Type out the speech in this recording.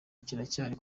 kiracyari